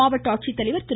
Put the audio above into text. மாவட்ட ஆட்சித்தலைவர் திரு